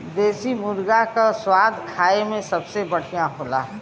देसी मुरगा क स्वाद खाए में सबसे बढ़िया होला